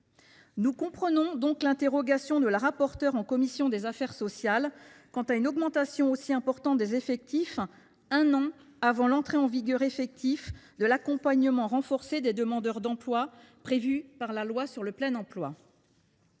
Nous comprenons donc l’interrogation de Mme la rapporteure pour avis de la commission des affaires sociales quant à une augmentation aussi importante des effectifs, un an avant l’entrée en vigueur de l’accompagnement renforcé des demandeurs d’emploi prévu par la loi pour le plein emploi.